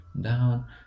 down